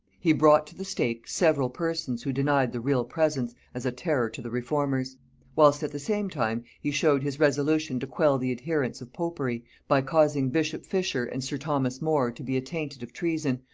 he brought to the stake several persons who denied the real presence, as a terror to the reformers whilst at the same time he showed his resolution to quell the adherents of popery, by causing bishop fisher and sir thomas more to be attainted of treason,